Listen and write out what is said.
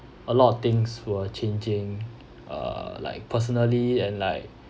a lot of things were changing uh like personally and like